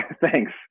Thanks